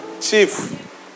chief